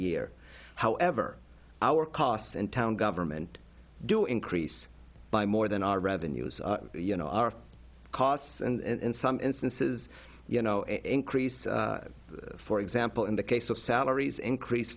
year however our costs in town government do increase by more than our revenues you know our costs and in some instances you know increase for example in the case of salaries increase